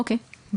אוקיי.